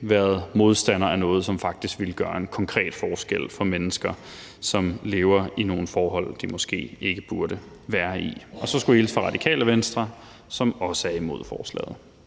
været modstander af noget, som faktisk ville gøre en konkret forskel for mennesker, som lever i nogle forhold, de måske ikke burde være i. Og så skulle jeg hilse fra Radikale Venstre, som også er imod forslaget.